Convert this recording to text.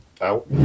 Out